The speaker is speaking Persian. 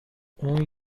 اون